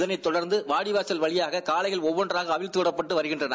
இதனையடுத்து வாடிவாசல் வழியாக காளைகள் ஒவ்வொன்றாக அவிழ்த்தவிடப்பட்டு வருகின்னறன